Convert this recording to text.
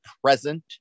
present